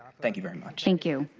thank you very much. thank you,